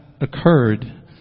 occurred